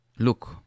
Look